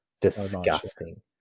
disgusting